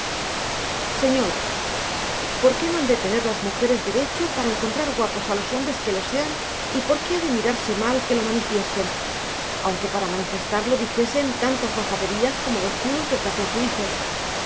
señor por qué no han de tener las mujeres derecho para encontrar guapos a los hombres que lo sean y por qué ha de mirarse mal que lo manifiesten aunque para manifestarlo dijesen tantas majaderías como los chulos del café suizo si no lo decimos lo